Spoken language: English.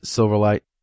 Silverlight